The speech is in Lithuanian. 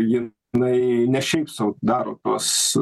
ji jinai ne šiaip sau daro tuos